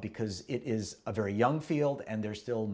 because it is a very young field and there's still